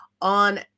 on